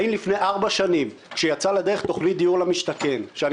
האם לפני ארבע שנים כשיצאה לדרך תוכנית דיור למשתכן שאני